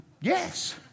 Yes